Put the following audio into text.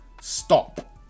Stop